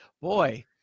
boy